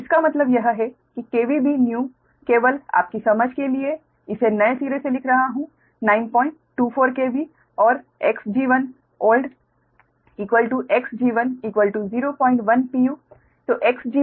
इसका मतलब यह है कि Bnew केवल आपकी समझ के लिए इसे नए सिरे से लिख रहा हूँ 924 KV और Xg1old Xg1 010 pu